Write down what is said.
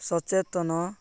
ସଚେତନ